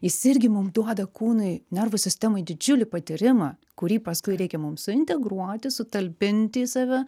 jis irgi mum duoda kūnui nervų sistemai didžiulį patyrimą kurį paskui reikia mums suintegruoti sutalpinti į save